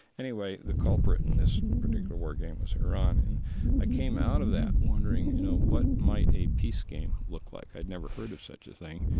anyway, the culprit in this particular war game was iran. and i came out of that wondering, you know, what might a peace game look like? i'd never heard of such a thing.